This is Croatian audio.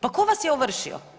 Pa ko vas je ovršio?